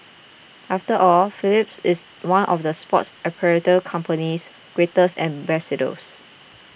after all Phelps is one of the sports apparel company's greatest ambassadors